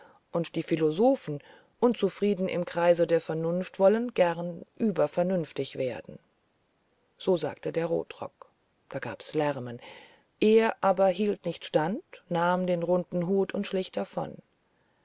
und die philosophen unzufrieden im kreise der vernunft wollen gern übervernünftig werden so sagte der rotrock da gab's lärmen er aber hielt nicht stand nahm den runden hut und schlich davon